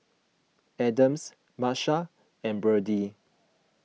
Adams Marsha and Birdie